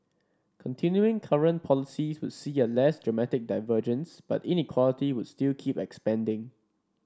continuing current policies would see a less dramatic divergence but inequality would still keep expanding